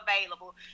available